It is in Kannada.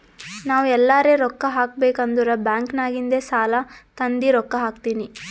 ನಾವ್ ಎಲ್ಲಾರೆ ರೊಕ್ಕಾ ಹಾಕಬೇಕ್ ಅಂದುರ್ ಬ್ಯಾಂಕ್ ನಾಗಿಂದ್ ಸಾಲಾ ತಂದಿ ರೊಕ್ಕಾ ಹಾಕ್ತೀನಿ